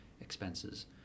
expenses